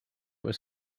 was